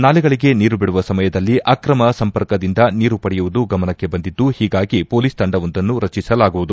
ನಾಲೆಗಳಗೆ ನೀರು ಬಿಡುವ ಸಮಯದಲ್ಲಿ ಅಕ್ರಮ ಸಂಪರ್ಕದಿಂದ ನೀರು ಪಡೆಯುವುದು ಗಮನಕ್ಕೆ ಬಂದಿದ್ದು ಹೀಗಾಗಿ ಪೊಲೀಸ್ ತಂಡವೊಂದನ್ನು ರಚಿಸ ಲಾಗುವುದು